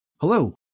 Hello